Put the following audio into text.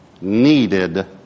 needed